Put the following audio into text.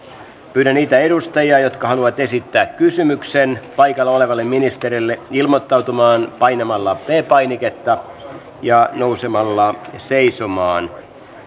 pyydän niitä edustajia jotka haluavat esittää kysymyksen paikalla olevalle ministerille ilmoittautumaan painamalla p painiketta ja nousemalla seisomaan